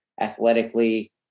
athletically